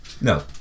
No